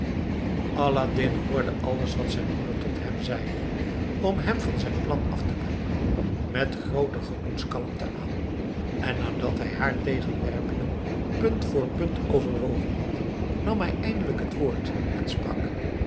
aladdin hoorde alles wat zijn moeder tot hem zeide om hem van zijn plan af te brengen met groote gemoedskalmte aan en nadat hij haar tegenwerpingen punt voor punt overwogen had nam hij eindelijk het woord en sprak